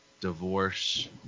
divorce